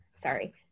Sorry